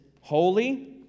holy